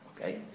Okay